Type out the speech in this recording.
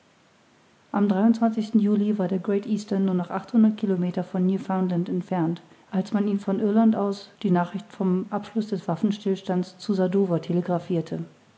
am juli war der great eastern nur noch achthundert kilometer von newfoundland entfernt als man ihm von irland aus die nachricht vom abschluß des waffenstillstands zu